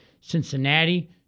Cincinnati